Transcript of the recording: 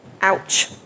Ouch